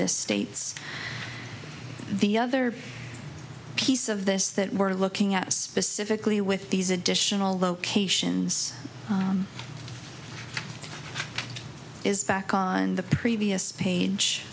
this states the other piece of this that we're looking at specifically with these additional locations is back on the previous page